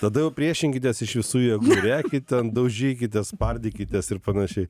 tada jau priešinkitės iš visų jėgų rėkit ten daužykitės spardykitės ir panašiai